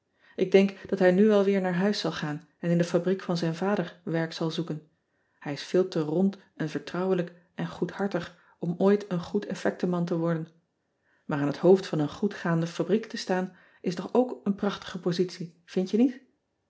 k denk dat hij nu wel weer naar huis zal gaan en in de fabriek van zijn vader werk zal zoeken ij is veel te rond en vertrouwelijk en goedhartig om ooit een goed effectenman te worden aar aan het hoofd van een goed gaande fabriek te fjtaan is toch ook een prachtige positie vindt je niet